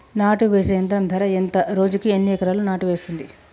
నాటు వేసే యంత్రం ధర ఎంత రోజుకి ఎన్ని ఎకరాలు నాటు వేస్తుంది?